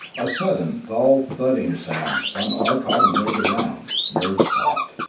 a sudden dull thudding sound spun arcot and wade around, nerves taut.